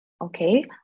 Okay